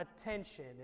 attention